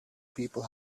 people